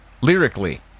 Lyrically